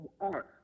art